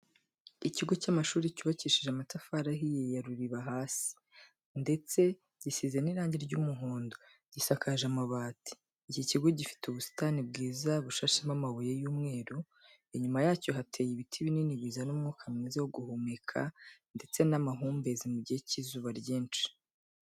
Ikigo cy'amashuri cyubakishije amatafari ahiye ya ruriba hasi, ndetse gisize n'irangi ry'umuhondo, gisakaje amabati. Iki kigo gifite ubusitani bwiza bushashemo amabuye y'umweru, inyuma yacyo hateye ibiti binini bizana umwuka mwiza wo guhumeka, ndetse n'amahumbezi mu gihe cy'izuba ryinshi.